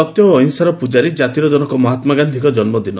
ସତ୍ୟ ଓ ଅହିଂସାର ପୂଜାରୀ ଗାତିର ଜନକ ମହାତ୍ମା ଗାଧିଙ୍କ ଜନ୍ମଦିନ